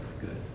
Good